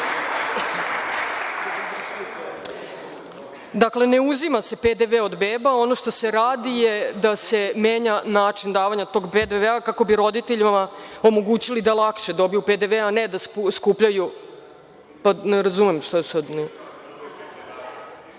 veze. Dakle, ne uzima se PDV od beba. Ono što se radi je da se menja način davanja tog PDV kako bi roditeljima omogućili da lakše dobiju PDV, a ne da skupljaju… Ne razumem.(Zoran